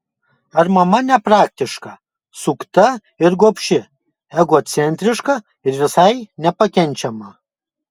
ar mama nepraktiška sukta ir gobši egocentriška ir visai nepakenčiama